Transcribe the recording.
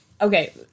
okay